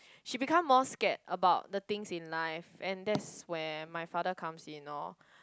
she become more scared about the things in life and that's where my father comes in lor